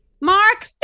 Mark